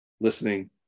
listening